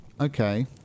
Okay